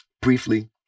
briefly